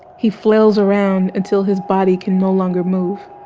he flails around until his body can no longer move.